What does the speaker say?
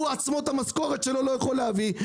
הוא בעצמו את המשכורת שלו לא יכול להביא,